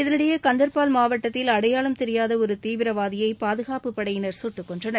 இதனிடையே கந்தா்பால் மாவட்டத்தில் அடையாளம் தெரியாத ஒரு தீவிரவாதியை மத்திய பாதுகாப்பு படையின் சுட்டுக்கொன்றனர்